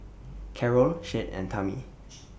Carol Shade and Tami